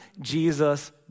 Jesus